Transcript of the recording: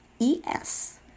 ES